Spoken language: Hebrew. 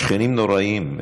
השכנים נוראים.